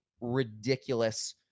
ridiculous